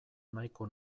nahiko